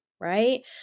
right